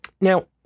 Now